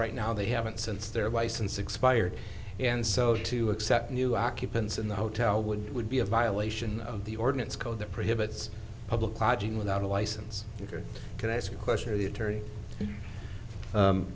right now they haven't since their license expired and so to accept new occupants in the hotel would would be a violation of the ordinance code that prohibits public lodging without a license or can i ask a question or the attorney